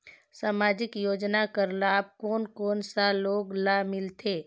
समाजिक योजना कर लाभ कोन कोन सा लोग ला मिलथे?